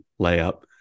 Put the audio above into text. layup